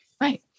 Right